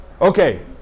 Okay